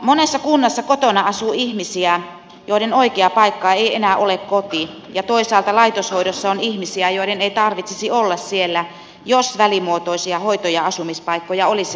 monessa kunnassa kotona asuu ihmisiä joiden oikea paikka ei enää ole koti ja toisaalta laitoshoidossa on ihmisiä joiden ei tarvitsisi olla siellä jos välimuotoisia hoito ja asumispaikkoja olisi riittävästi